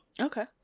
Okay